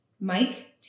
Mike